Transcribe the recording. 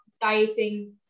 dieting